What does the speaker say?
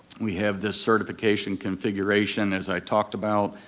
we have this certification configuration as i talked about,